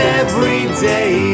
everyday